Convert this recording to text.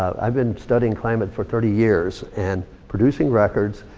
i've been studying climate for thirty years. and producing records.